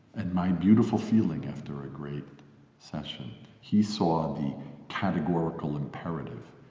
and my beautiful feeling after a great session. he saw the categorical imperative,